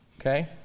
Okay